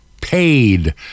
paid